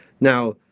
Now